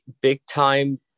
big-time